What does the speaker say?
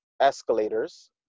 escalators